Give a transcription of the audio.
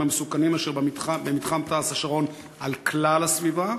המסוכנים אשר במתחם תע"ש-השרון על כלל הסביבה?